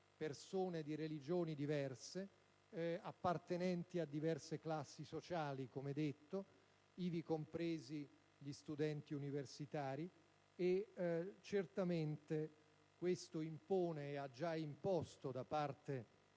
persone di religioni diverse, appartenenti a diverse classi sociali, come detto, ivi compresi gli studenti universitari, e certamente questo impone - lo ha già imposto da parte